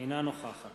אינה נוכחת